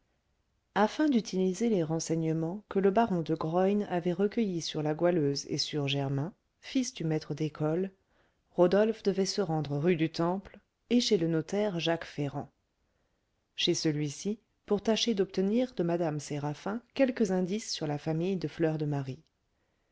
afin d'utiliser les renseignements que le baron de graün avait recueillis sur la goualeuse et sur germain fils du maître d'école rodolphe devait se rendre rue du temple et chez le notaire jacques ferrand chez celui-ci pour tâcher d'obtenir de mme séraphin quelques indices sur la famille de fleur de marie